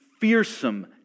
fearsome